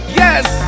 yes